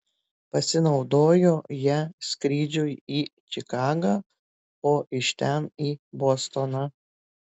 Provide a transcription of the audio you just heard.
pasinaudojo ja skrydžiui į čikagą o iš ten į bostoną